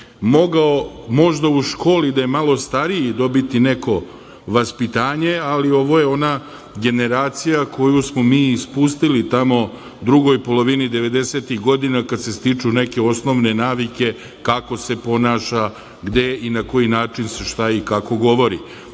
mogao je možda u školi, da je malo stariji, dobiti neko vaspitanje, ali ovo je ona generacija koju smo mi ispustili tamo u drugoj polovini devedesetih godina, kada se stiču neke osnovne navike kako se ponaša, gde i na koji način šta i kako govori. Ovakva